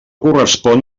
correspon